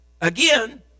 Again